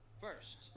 First